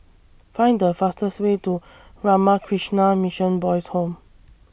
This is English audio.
Find The fastest Way to Ramakrishna Mission Boys' Home